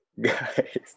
guys